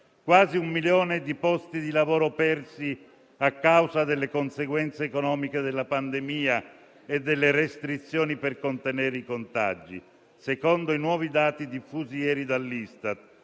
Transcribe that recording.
quasi un milione di posti di lavoro persi - soprattutto per le donne - a causa delle conseguenze economiche della pandemia e delle restrizioni per contenere i contagi, secondo i nuovi dati diffusi ieri dall'Istat;